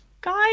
Guys